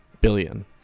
Billion